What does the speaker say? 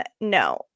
no